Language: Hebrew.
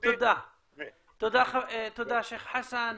תודה, שייח' חסן.